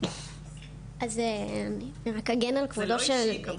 זה לא אישי כמובן.